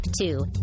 two